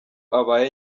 abaye